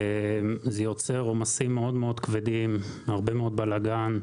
זה יוצר עומסים מאד כבדים, הרבה מאד בלגאן,